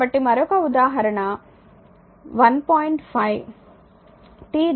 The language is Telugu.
కాబట్టి మరొక ఉదాహరణ ఉదాహరణ 1